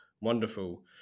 Wonderful